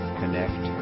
connect